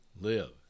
live